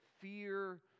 fear